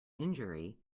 injury